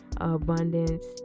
abundance